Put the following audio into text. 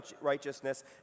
righteousness